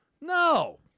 No